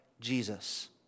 Jesus